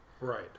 Right